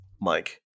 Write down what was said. mike